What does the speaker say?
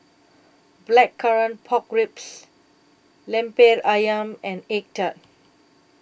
Blackcurrant Pork Ribs Lemper Ayam and Egg Tart